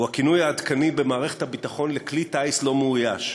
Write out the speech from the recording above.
הוא הכינוי העדכני במערכת הביטחון לכלי טיס לא מאויש,